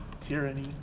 Tyranny